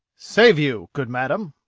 save you, good madam.